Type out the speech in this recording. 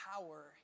power